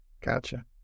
Gotcha